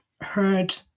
heard